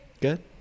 good